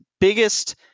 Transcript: biggest